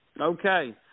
Okay